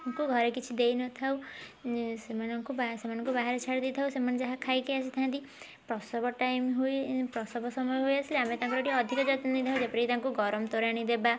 ତାଙ୍କୁ ଘରେ କିଛି ଦେଇନଥାଉ ସେମାନଙ୍କୁ ବା ସେମାନଙ୍କୁ ବାହାରେ ଛାଡ଼ିଦେଇଥାଉ ସେମାନେ ଯାହା ଖାଇକି ଆସିଥାନ୍ତି ପ୍ରସବ ଟାଇମ୍ ହୁଏ ପ୍ରସବ ସମୟ ହୋଇଆସି ଆମେ ତାଙ୍କର ଟିକେ ଅଧିକ ଯତ୍ନ ନେଇଥାଉ ଯେପରି ତାଙ୍କୁ ଗରମ ତୋରାଣି ଦେବା